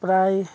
প্ৰায়